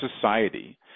society